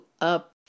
up